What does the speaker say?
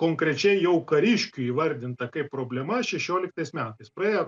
konkrečiai jau kariškių įvardinta kaip problema šešioliktais metais praėjo